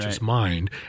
mind